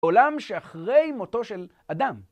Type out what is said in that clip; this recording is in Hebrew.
עולם שאחרי מותו של אדם.